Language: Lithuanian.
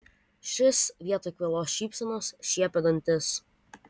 šis vietoj kvailos šypsenos šiepė dantis